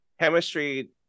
Chemistry